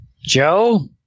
Joe